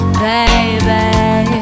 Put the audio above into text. baby